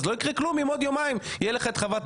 אז לא יקרה כלום עם עוד יומיים תהיה לך את חוות הדעת.